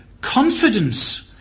confidence